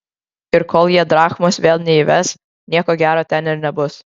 ir kol jie drachmos vėl neįves nieko gero ten ir nebus